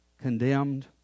condemned